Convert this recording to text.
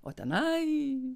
o tenai